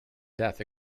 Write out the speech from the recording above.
death